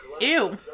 Ew